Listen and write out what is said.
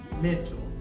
mental